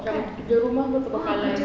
macam kerja rumah semua terbengkalai